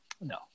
No